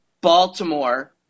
Baltimore